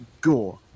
gore